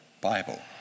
Bible